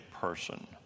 person